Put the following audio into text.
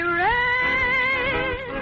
rain